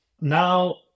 now